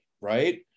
right